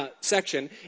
section